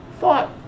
thought